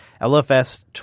LFS